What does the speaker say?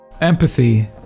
empathy